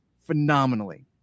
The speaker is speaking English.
phenomenally